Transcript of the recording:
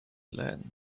learn